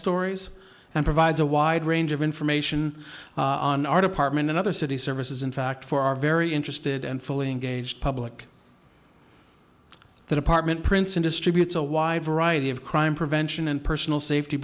stories and provides a wide range of information on our department and other city services in fact for our very interested and fully engaged public the department prints in distributes a wide variety of crime prevention and personal safety